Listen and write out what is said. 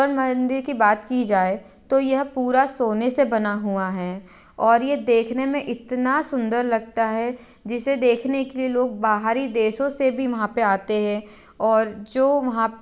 स्वर्ण मंदिर की बात की जाए तो यह पूरा सोने से बना हुआ है और ये देखने में इतना सुंदर लगता है जिसे देखने के लिए लोग बाहरी देशों से भी वहाँ पर आते हैं और जो वहाँ